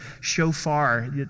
shofar